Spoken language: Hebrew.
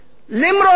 למרות זאת,